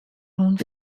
rûn